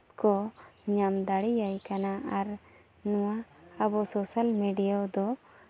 ᱠᱚ ᱧᱟᱢ ᱫᱟᱲᱮᱭᱟᱭ ᱠᱟᱱᱟ ᱟᱨ ᱱᱚᱣᱟ ᱟᱵᱚ ᱥᱳᱥᱟᱞ ᱢᱤᱰᱤᱭᱟ ᱫᱚ